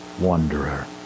wanderer